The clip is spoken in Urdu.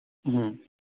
ہوں